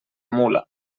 mula